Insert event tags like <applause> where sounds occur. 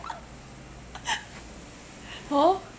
<laughs> hor